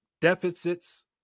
deficits